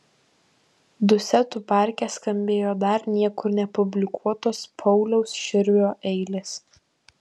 dusetų parke skambėjo dar niekur nepublikuotos pauliaus širvio eilės